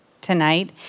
tonight